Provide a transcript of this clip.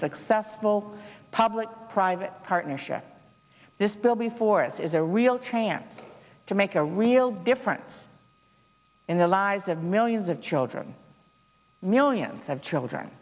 successful public private partnership this bill before this is a real chance to make a real difference in the lives of millions of children millions of children